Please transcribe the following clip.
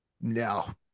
no